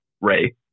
ray